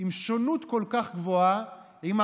אנחנו